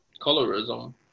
Colorism